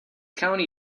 county